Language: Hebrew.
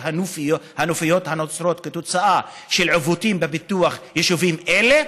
הנופיות הנוצרות כתוצאה של עיוותים בפיתוח יישובים אלה.